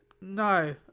no